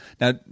now